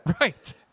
Right